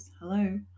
Hello